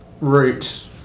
route